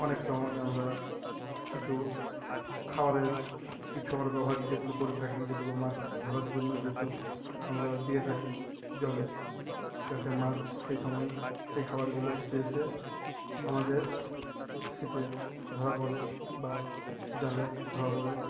অনেক সময় আমরা কিছু খাবারের কিছু আমার ব্যবহার যেগুলো করে থাকি যেগুলো মাছ ধরার জন্য যেসব আমরা দিয়ে থাকি জলে যাতে মাছ সেই সময় সেই খাবারগুলো খেতে এসে আমাদের ছিপে ধরা পরে বা জালে ধরা পরে